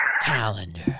Calendar